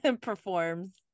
performs